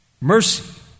Mercy